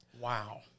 Wow